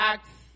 Acts